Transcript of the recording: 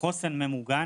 "חוסן" ממוגן,